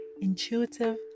intuitive